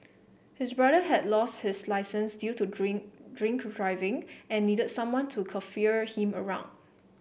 his brother had lost his licence due to drink drink driving and needed someone to chauffeur him around